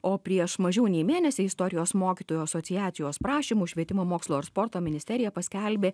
o prieš mažiau nei mėnesį istorijos mokytojų asociacijos prašymu švietimo mokslo ir sporto ministerija paskelbė